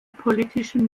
politischen